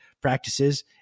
practices